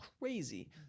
crazy